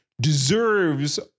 deserves